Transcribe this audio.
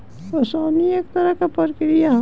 ओसवनी एक तरह के प्रक्रिया ह